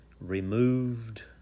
removed